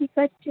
কী করছো